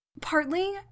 Partly